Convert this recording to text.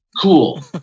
cool